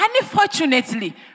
Unfortunately